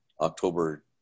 October